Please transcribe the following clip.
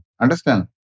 understand